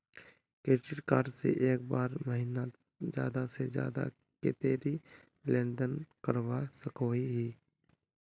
Credit card से एक महीनात ज्यादा से ज्यादा कतेरी लेन देन करवा सकोहो ही?